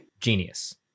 genius